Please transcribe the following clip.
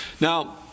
Now